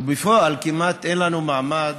ובפועל כמעט אין לנו מעמד